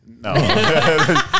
No